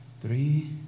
three